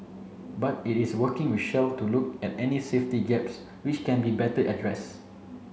but it is working with Shell to look at any safety gaps which can be better addressed